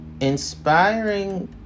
inspiring